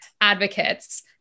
advocates